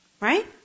Right